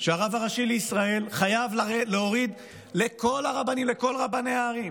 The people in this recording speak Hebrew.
שהרב הראשי לישראל חייב להוריד לכל רבני הערים,